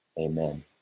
Amen